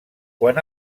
quan